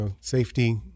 safety